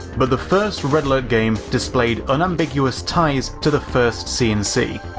but the first red alert game displayed unambiguous ties to the first c and c.